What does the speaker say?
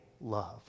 love